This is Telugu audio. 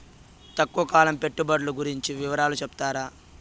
తక్కువ కాలం పెట్టుబడులు గురించి వివరాలు సెప్తారా?